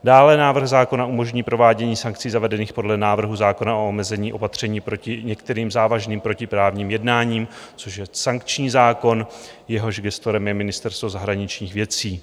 Dále návrh zákona umožní provádění sankcí zavedených podle návrhu zákona o omezení opatření proti některým závažným protiprávním jednáním, což je sankční zákon, jehož gestorem je Ministerstvo zahraničních věcí.